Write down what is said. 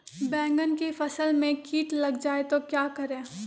बैंगन की फसल में कीट लग जाए तो क्या करें?